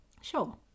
sure